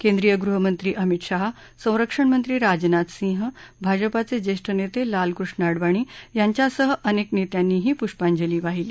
केंद्रीय गृहमंत्री अमित शहा संरक्षण मंत्री राजनाथ सिंह भाजपाचे श्रेष्ठ नेते लालकृष्ण आडवाणी यांच्यासह अनेक नेत्यांनीही पुष्पांजली वाहिली